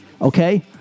okay